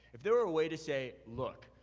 if there were a way to say look,